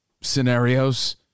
scenarios